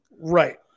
Right